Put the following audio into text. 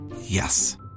Yes